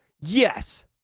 yes